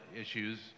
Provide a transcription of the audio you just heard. issues